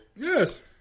Yes